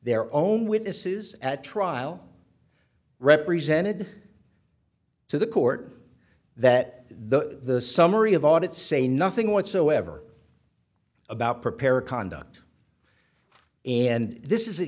their own witnesses at trial represented to the court that the summary of audit say nothing whatsoever about prepare conduct and this is